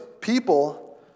people